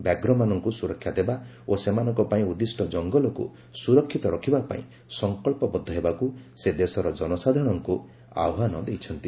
ବ୍ୟାଘ୍ରମାନଙ୍କୁ ସୁରକ୍ଷା ଦେବା ଓ ସେମାନଙ୍କ ପାଇଁ ଉଦ୍ଦିଷ୍ଟ ଜଙ୍ଗଲକୁ ସୁରକ୍ଷିତ ରଖିବା ପାଇଁ ସଂକଳ୍ପବଦ୍ଧ ହେବାକୁ ସେ ଦେଶର ଜନସାଧାରଣଙ୍କୁ ଆହ୍ୱାନ ଦେଇଚନ୍ତି